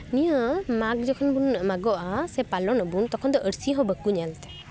ᱱᱤᱭᱟᱹ ᱢᱟᱜᱽ ᱡᱚᱠᱷᱚᱱ ᱵᱚᱱ ᱢᱟᱜᱚᱜᱼᱟ ᱥᱮ ᱯᱟᱞᱚᱱᱟᱵᱚᱱ ᱛᱚᱠᱷᱚᱱ ᱫᱚ ᱟᱨᱥᱤ ᱦᱚᱸ ᱵᱟᱠᱚ ᱧᱮᱞ ᱛᱮ